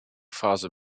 phase